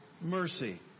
mercy